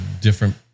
different